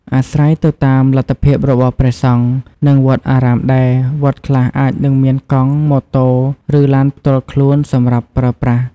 អាស្រ័យទៅតាមលទ្ធភាពរបស់ព្រះសង្ឃ និងវត្តអារាមដែរ វត្តខ្លះអាចនឹងមានកង់ ម៉ូតូ ឬ ឡានផ្ទាល់ខ្លួនសម្រាប់ប្រើប្រាស់។